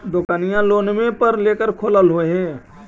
दोकनिओ लोनवे पर लेकर खोललहो हे?